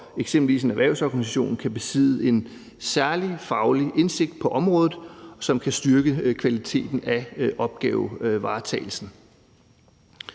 eksempelvis en erhvervsorganisation kan besidde en særlig faglig indsigt på området, som kan styrke kvaliteten af opgavevaretagelsen.